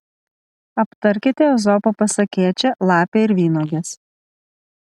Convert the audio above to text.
aptarkite ezopo pasakėčią lapė ir vynuogės